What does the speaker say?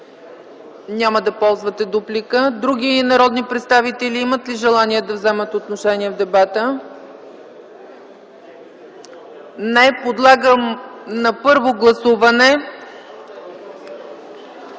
Няма да ползвате дуплика. Има ли други народни представители, които желаят да вземат отношение в дебата? Не. Подлагам на първо гласуване,